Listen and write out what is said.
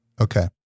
Okay